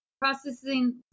processing